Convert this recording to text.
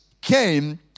Came